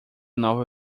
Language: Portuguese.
nova